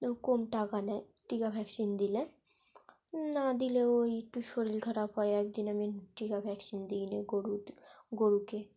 তো কম টাকা নেয় টিকা ভ্যাকসিন দিলে না দিলে ওই একটু শরীর খারাপ হয় একদিন আমি টিকা ভ্যাকসিন দিইনি গরুর গরুকে